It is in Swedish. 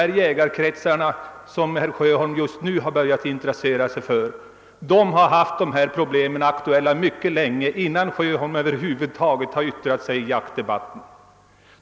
De jägarkretsar som herr Sjöholm just har börjat intressera sig för har haft dessa problem aktuella mycket länge — långt innan herr Sjöholm över huvud taget yttrade sig i jaktdebatten.